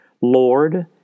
Lord